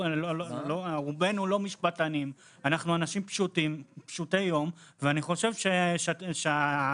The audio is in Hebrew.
רובנו לא משפטנים אלא אנשים פשוטי יום ואני חושב שההנגשה